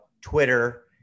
Twitter